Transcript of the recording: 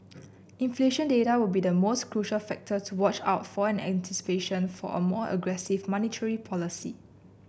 inflation data will be the most crucial factor to watch out for an anticipation of a more aggressive monetary policy